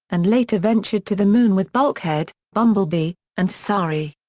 and later ventured to the moon with bulkhead, bumblebee, and sari.